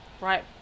Right